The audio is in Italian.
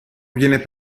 viene